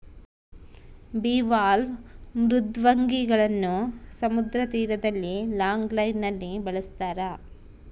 bivalve ಮೃದ್ವಂಗಿಗಳನ್ನು ಸಮುದ್ರ ತೀರದಲ್ಲಿ ಲಾಂಗ್ ಲೈನ್ ನಲ್ಲಿ ಬೆಳಸ್ತರ